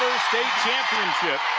state championship